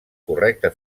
correcte